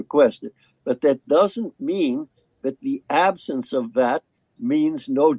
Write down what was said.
request but that doesn't mean that the absence of that means no